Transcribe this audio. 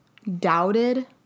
Doubted